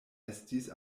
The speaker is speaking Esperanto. estis